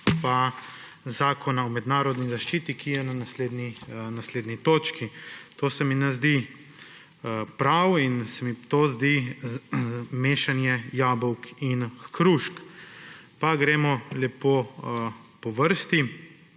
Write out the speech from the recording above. pa Zakon o mednarodni zaščiti, ki je naslednja točka. To se mi ne zdi prav in se mi to zdi mešanje jabolk in hrušk. Pa gremo lepo po vrsti.